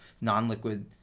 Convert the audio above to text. non-liquid